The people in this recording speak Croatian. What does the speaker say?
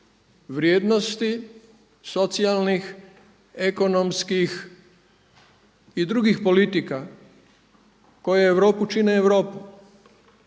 vrijednosti socijalnih, ekonomskih i drugih politika koje Europu čine Europu